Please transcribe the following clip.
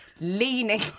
leaning